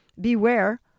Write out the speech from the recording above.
Beware